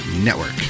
Network